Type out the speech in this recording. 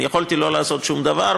יכולתי לא לעשות שום דבר,